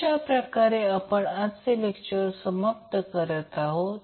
अशाप्रकारे आपण आजचे आपले लेक्चर समाप्त करत आहोत